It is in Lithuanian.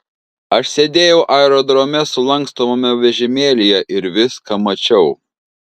aš sėdėjau aerodrome sulankstomame vežimėlyje ir viską mačiau